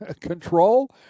control